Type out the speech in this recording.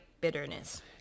bitterness